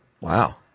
Wow